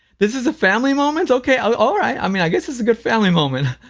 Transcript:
this is a family moment? okay, all right, i mean, i guess this is a good family moment.